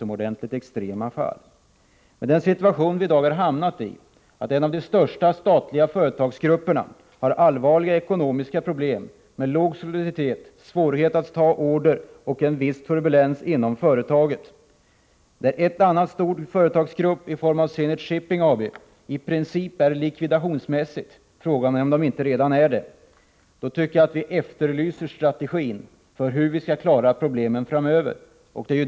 Men den situation vi i dag har hamnat i, då en av de största statliga företagsgrupperna har allvarliga ekonomiska problem, såsom låg soliditet, svårighet att ta hem order och en viss turbulens inom företaget, samtidigt som ett annat stort företag inom Zenit Shipping AB i princip är likvidationsmässigt — frågan är om så inte redan är fallet — tycker jag att vi måste efterlysa strategin för hur vi skall klara problemen framöver.